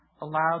allowed